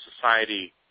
society